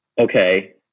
okay